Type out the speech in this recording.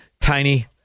tiny